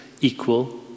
equal